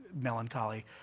melancholy